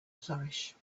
flourish